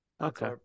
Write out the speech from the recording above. Okay